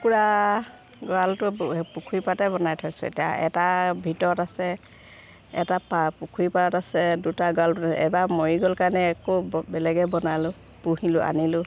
কুকুৰা গঁৰালটো পুখুৰী পাৰতে বনাই থৈছোঁ এতিয়া এটা ভিতৰত আছে এটা পা পুখুৰী পাৰত আছে দুটা গঁৰালটো এবাৰ মৰি গ'ল কাৰণে একো বেলেগে বনালোঁ পুহিলোঁ আনিলোঁ